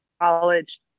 college